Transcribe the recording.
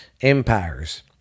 empires